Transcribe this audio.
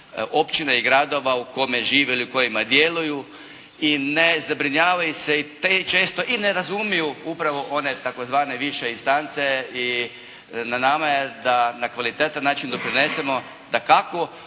općine i gradova u kome žive ili u kojima djeluju i ne zabrinjavaju se i prečesto i ne razumiju upravo one tzv. više istance i na nama je da na kvalitetan način doprinesemo dakako